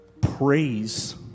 Praise